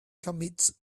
commits